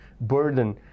burden